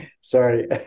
Sorry